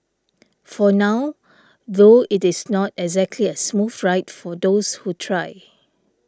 for now though it is not exactly a smooth ride for those who try